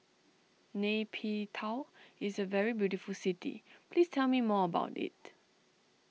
Nay Pyi Taw is a very beautiful city please tell me more about it